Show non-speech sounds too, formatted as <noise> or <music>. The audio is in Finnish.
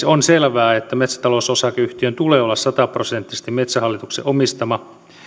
<unintelligible> on selvää että metsätalous osakeyhtiön tulee olla sataprosenttisesti metsähallituksen omistama